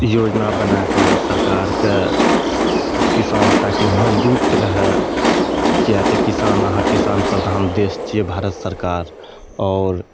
योजना बनाएकऽ सरकारके ओ किसान ताकि मजबूत रहै किएक तऽ किसान अहाँ किसान प्रधानदेश छियै भारत सरकार आओर